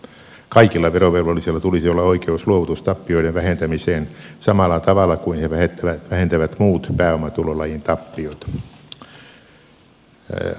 kaikilla verovelvollisilla tulisi olla oikeus luovutustappioiden vähentämiseen samalla tavalla kuin he vähentävät muut pääomatulolajin tappiot